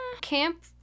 camp